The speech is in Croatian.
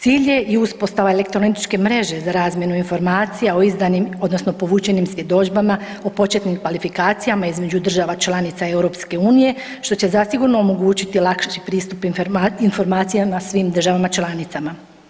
Cilj je i uspostava elektroničke mreže za razmjenu informacija o izdanim, odnosno povučenim svjedodžbama o početnim kvalifikacijama između država članica EU što će zasigurno omogućiti lakši pristup informacijama svim državama članicama.